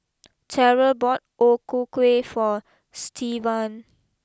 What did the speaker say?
Terrell bought O Ku Kueh for Stevan